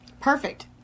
perfect